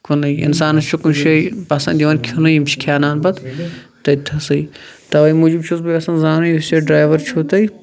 کُنے اِنسانَس چھُ کُنہٕ جٲے پَسَنٛد یِوان کھیٚونٕے یِم چھِ کھیاناوان پَتہ تٔتۍ تھسٕے تَوے موٗجوب چھُس بہٕ یژھان زانُن یُس یہِ ڈرَیوَر چھو تۄہہِ